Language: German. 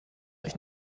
euch